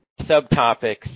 subtopics